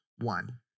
one